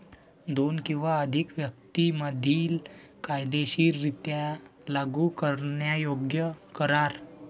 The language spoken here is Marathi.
दोन किंवा अधिक व्यक्तीं मधील कायदेशीररित्या लागू करण्यायोग्य करार